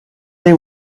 they